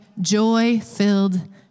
joy-filled